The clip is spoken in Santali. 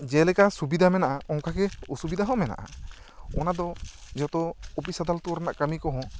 ᱡᱮᱞᱮᱠᱟ ᱥᱩᱵᱤᱫᱟ ᱢᱮᱱᱟᱜᱼᱟ ᱚᱱᱠᱟᱜᱮ ᱚᱥᱩᱵᱤᱫᱟ ᱦᱚᱸ ᱢᱮᱱᱟᱜᱼᱟ ᱚᱱᱟ ᱫᱚ ᱡᱚᱛᱚ ᱳᱯᱷᱤᱥ ᱟᱫᱟᱞᱚᱛ ᱠᱟᱹᱢᱤ ᱠᱚ ᱦᱚᱸ